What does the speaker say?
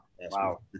Wow